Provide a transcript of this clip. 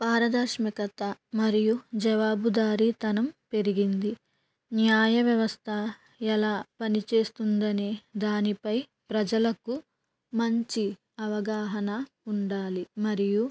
పారదర్శకత మరియు జవాబుదారీతనం పెరిగింది న్యాయ వ్యవస్థ ఎలా పనిచేస్తుందని దానిపై ప్రజలకు మంచి అవగాహన ఉండాలి మరియు